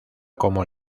como